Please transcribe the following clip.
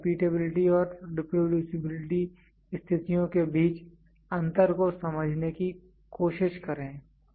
कृपया रिपीटेबिलिटी और रेप्रोड्यूसिबिलिटी स्थितियों के बीच अंतर को समझने की कोशिश करें